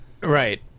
Right